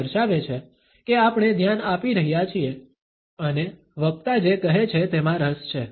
તે દર્શાવે છે કે આપણે ધ્યાન આપી રહ્યા છીએ અને વક્તા જે કહે છે તેમાં રસ છે